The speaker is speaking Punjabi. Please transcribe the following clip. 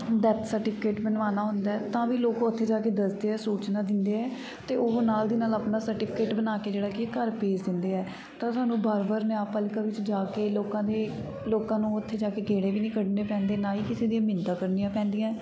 ਡੈਥ ਸਰਟੀਫਿਕੇਟ ਬਣਵਾਉਣਾ ਹੁੰਦਾ ਤਾਂ ਵੀ ਲੋਕ ਉੱਥੇ ਜਾ ਕੇ ਦੱਸਦੇ ਹੈ ਸੂਚਨਾ ਦਿੰਦੇ ਹੈ ਅਤੇ ਉਹ ਨਾਲ ਦੀ ਨਾਲ ਆਪਣਾ ਸਰਟੀਫਿਕੇਟ ਬਣਾ ਕੇ ਜਿਹੜਾ ਕਿ ਘਰ ਭੇਜ ਦਿੰਦੇ ਹੈ ਤਾਂ ਤੁਹਾਨੂੰ ਵਾਰ ਵਾਰ ਨਿਆਂਪਾਲਿਕਾ ਵਿੱਚ ਜਾ ਕੇ ਲੋਕਾਂ ਦੇ ਲੋਕਾਂ ਨੂੰ ਉੱਥੇ ਜਾ ਕੇ ਗੇੜੇ ਵੀ ਨਹੀਂ ਕੱਢਣੇ ਪੈਂਦੇ ਨਾ ਹੀ ਕਿਸੇ ਦੀਆਂ ਮਿੰਨਤਾਂ ਕਰਨੀਆਂ ਪੈਂਦੀਆਂ